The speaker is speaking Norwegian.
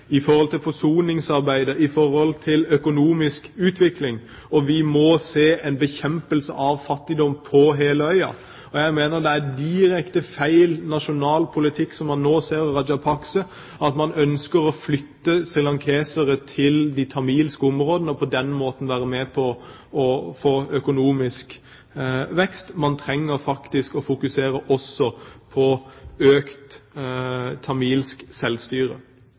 i forhold til forsoningsarbeidet, i forhold til økonomisk utvikling, og vi må se en bekjempelse av fattigdom på hele øya. Jeg mener det er direkte gal nasjonal politikk som man nå ser av Rajapakse – at man ønsker å flytte srilankere til de tamilske områdene, og på den måten være med på å få økonomisk vekst. Man trenger faktisk også å fokusere på økt tamilsk selvstyre.